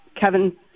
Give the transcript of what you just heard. Kevin